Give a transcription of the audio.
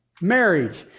marriage